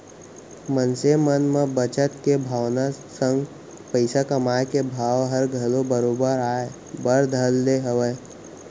मनसे मन म बचत के भावना संग पइसा कमाए के भाव हर घलौ बरोबर आय बर धर ले हवय